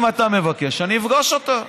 אם אתה מבקש, אני אפגוש אותו.